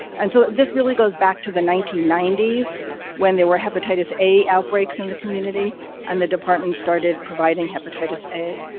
and so, this really goes back to the nineteen ninety s when there were hepatitis a outbreaks in the community and the department started providing hepatitis a.